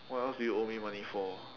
what else do you owe me money for